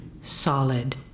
solid